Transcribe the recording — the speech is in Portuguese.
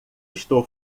estou